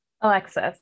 Alexis